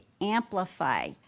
amplify